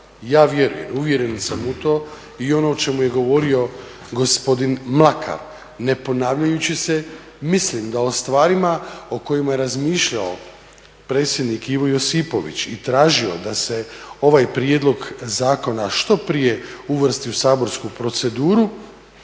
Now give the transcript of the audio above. Ja vjerujem, uvjeren sam u to i ono o čemu je govorio gospodin Mlakar ne ponavljajući se mislim da o stvarima o kojima razmišljao predsjednik Ivo Josipović i tražio da se ovaj prijedlog zakona što prije uvrsti u saborsku proceduru